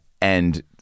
and-